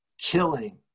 killing